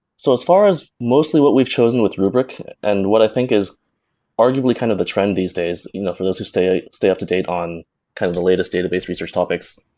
so as far as mostly what we've chosen with rubrik and what i think is arguably kind of the trend these days for those who stay ah stay up-to-date on kind of the latest database, research topics,